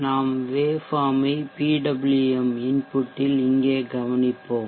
நாம் வேவ்ஃபார்ம் ஐ PWM input ல் இங்கே கவனிப்போம்